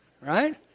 right